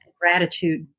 Gratitude